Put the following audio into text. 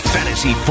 Fantasy